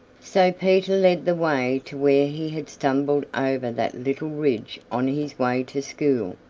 so peter led the way to where he had stumbled over that little ridge on his way to school.